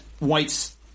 whites